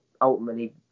ultimately